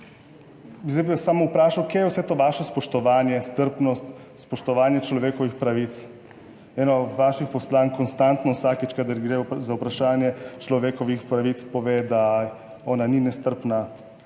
bi vas samo vprašal kje je vse to vaše spoštovanje, strpnost, spoštovanje človekovih pravic? Eno od vaših poslank konstantno vsakič, kadar gre za vprašanje človekovih pravic pove, da ona ni nestrpna,